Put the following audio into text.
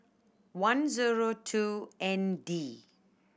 one zero two N D